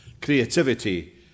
creativity